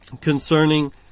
concerning